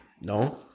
No